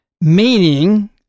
meaning